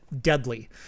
deadly